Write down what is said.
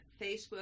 Facebook